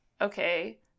okay